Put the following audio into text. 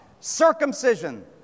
Circumcision